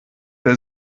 der